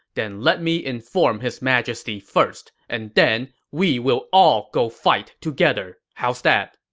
then let me inform his majesty first, and then we will all go fight together. how's that?